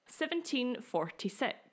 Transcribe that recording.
1746